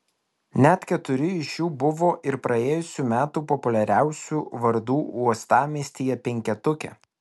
net keturi iš jų buvo ir praėjusių metų populiariausių vardų uostamiestyje penketuke